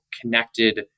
connected